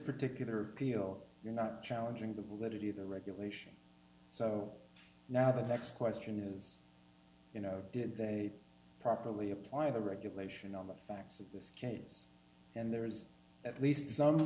particular peel you're not challenging the validity of the regulation so now the next question is you know did they properly apply the regulation on the facts of this case and there is at least some